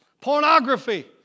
pornography